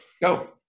Go